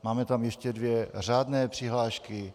Máme tam ještě dvě řádné přihlášky.